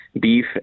beef